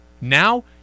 Now